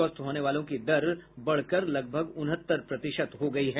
स्वस्थ होने वालों की दर बढ़कर लगभग उनहत्तर प्रतिशत हो गयी है